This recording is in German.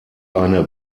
eine